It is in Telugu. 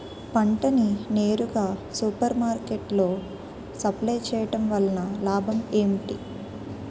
పంట ని నేరుగా సూపర్ మార్కెట్ లో సప్లై చేయటం వలన లాభం ఏంటి?